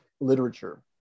literature